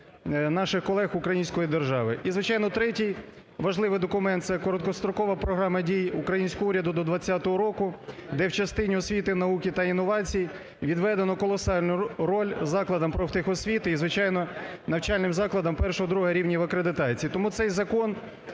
наших колег української держави. І, звичайно, третій важливий документ – це короткострокова програма дій українського уряду до 20 року, де в частині освіти, науки та інновацій відведено колосальну роль закладам профтехосвіти, і звичайно навчальним закладам І, ІІ рівнів акредитації. Тому цей закон,